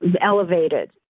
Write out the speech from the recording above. elevated